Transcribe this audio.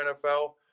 NFL